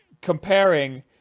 Comparing